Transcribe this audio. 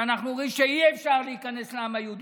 שאנחנו אומרים שאי-אפשר להיכנס לעם היהודי.